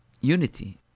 unity